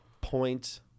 point